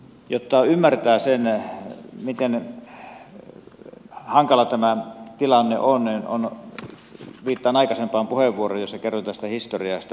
jotta ymmärtää sen miten hankala tämä tilanne on viittaan aikaisempaan puheenvuorooni jossa kerroin tästä historiasta